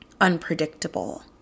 unpredictable